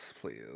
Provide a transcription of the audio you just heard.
please